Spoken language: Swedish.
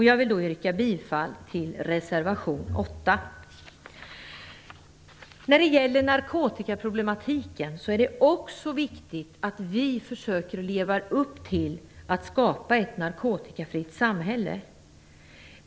Jag vill yrka bifall till reservation 8. När det gäller narkotikaproblematiken är det viktigt att vi försöker leva upp till målet att skapa ett narkotikafritt samhälle.